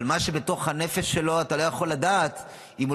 אבל מה שבתוך הנפש שלו אתה לא יכול לדעת אם הוא